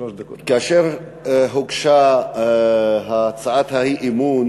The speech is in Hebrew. כאשר הוגשה הצעת האי-אמון